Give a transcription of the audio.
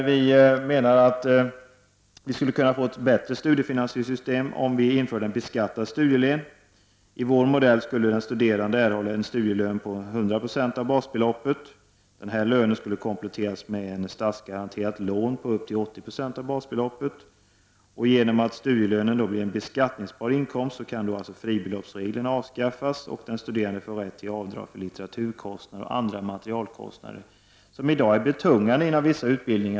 Vi menar att vi skulle kunna få ett bättre studiefinansieringssystem om vi införde en beskattad studielön. I vår modell skulle den studerande erhålla en lön på 100 96 av basbeloppet. Lönen skulle kompletteras med ett statsgaranterat lån på upp till 80 20 av basbeloppet. Genom att studielönen blir en beskattningsbar inkomst kan alltså fribeloppsreglerna avskaffas. Den studerande får därigenom rätt till avdrag för litteraturkostnader och andra materialkostnader, vilka i dag är betungande på vissa utbildningar.